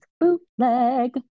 bootleg